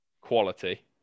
quality